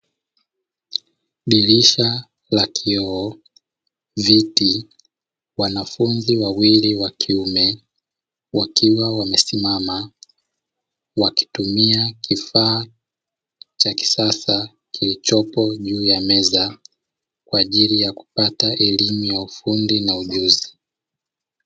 Dirisha la kioo, viti, wanafunzi wawili wa kiume wakiwa wamesimama, wakitumia kifaa cha kisasa kilichopo juu ya meza, kwa ajili ya kupata elimu ya ufundi na ujuzi.